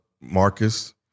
Marcus